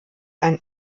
ein